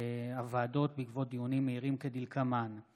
ועדת הבריאות בעקבות דיון מהיר בהצעתם של חברי